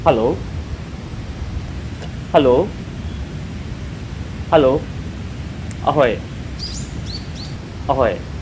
hello hello hello ꯑꯍꯣꯏ ꯑꯍꯣꯏ